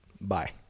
Bye